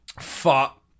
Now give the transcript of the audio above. Fuck